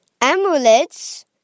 Amulets